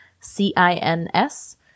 c-i-n-s